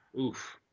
oof